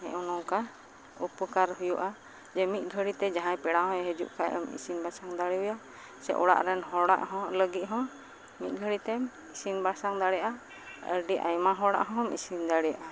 ᱱᱚᱜᱼᱚ ᱱᱚᱝᱠᱟ ᱩᱯᱚᱠᱟᱨ ᱦᱩᱭᱩᱜᱼᱟ ᱡᱮ ᱢᱤᱫ ᱜᱷᱟᱹᱲᱤᱛᱮ ᱡᱟᱦᱟᱸᱭ ᱯᱮᱲᱟᱦᱚᱸᱭ ᱦᱤᱡᱩᱜ ᱠᱷᱟᱡᱼᱮᱢ ᱤᱥᱤᱱ ᱵᱟᱥᱟᱝ ᱫᱟᱲᱮᱣᱟᱭᱟ ᱥᱮ ᱚᱲᱟᱜᱨᱮᱱ ᱦᱚᱲᱟᱜ ᱦᱚᱸ ᱞᱟᱹᱜᱤᱫᱦᱚᱸ ᱢᱤᱫ ᱜᱷᱟᱹᱲᱤᱡᱛᱮᱢ ᱤᱥᱤᱱ ᱵᱟᱥᱟᱝ ᱫᱟᱲᱮᱜᱼᱟ ᱟᱹᱰᱤ ᱟᱭᱢᱟ ᱦᱚᱲᱟᱜ ᱦᱚᱢ ᱤᱥᱤᱱ ᱫᱟᱲᱮᱭᱟᱜᱼᱟ